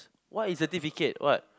what is certificate what